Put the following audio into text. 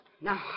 Now